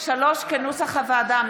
3 כנוסח הוועדה.